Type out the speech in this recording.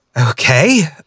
okay